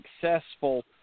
successful –